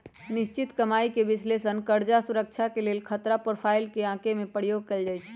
निश्चित कमाइके विश्लेषण कर्जा सुरक्षा के लेल खतरा प्रोफाइल के आके में प्रयोग कएल जाइ छै